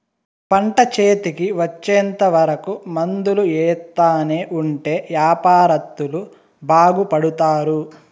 పంట చేతికి వచ్చేంత వరకు మందులు ఎత్తానే ఉంటే యాపారత్తులు బాగుపడుతారు